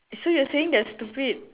so you are saying they're stupid